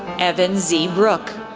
evan z. brook,